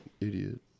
Idiot